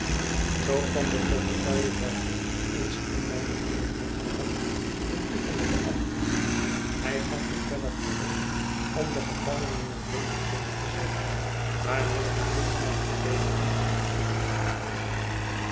zoo kwam de portefeuille welke ik eens in mijne handen had gehad in die van den beambte hij gaf mij verder verlof om den gevangene naar l o n d e n te vergezellen maar wilde dit mynetwee vrienden niet veroorloven